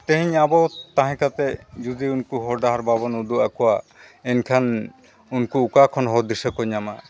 ᱛᱮᱦᱮᱧ ᱟᱵᱚ ᱛᱟᱦᱮᱸ ᱠᱟᱛᱮᱫ ᱡᱩᱫᱤ ᱩᱱᱠᱩ ᱦᱚᱨ ᱰᱟᱦᱟᱨ ᱵᱟᱵᱚᱱ ᱩᱫᱩᱜ ᱟᱠᱚᱣᱟ ᱮᱱᱠᱷᱟᱱ ᱩᱱᱠᱩ ᱚᱠᱟ ᱠᱷᱚᱱ ᱦᱚᱨ ᱫᱤᱥᱟᱹ ᱠᱚ ᱧᱟᱢᱟ